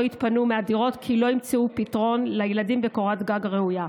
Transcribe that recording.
יתפנו מהדירות כי לא ימצאו פתרון לילדים וקורת גג ראויה.